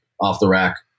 off-the-rack